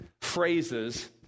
phrases